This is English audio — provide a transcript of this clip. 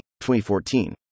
2014